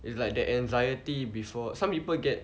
it's like the anxiety before some people get